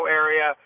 area